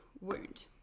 wound